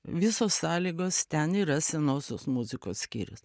visos sąlygos ten yra senosios muzikos skyrius